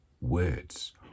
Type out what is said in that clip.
words